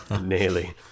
Nearly